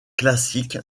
classique